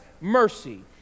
mercy